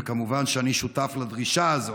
וכמובן שאני שותף לדרישה הזאת.